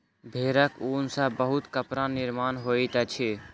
भेड़क ऊन सॅ बहुत कपड़ा निर्माण होइत अछि